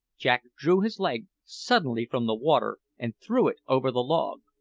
jack drew his leg suddenly from the water and threw it over the log.